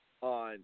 on